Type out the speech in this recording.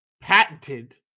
patented